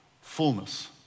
fullness